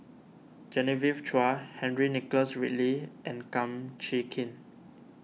Genevieve Chua Henry Nicholas Ridley and Kum Chee Kin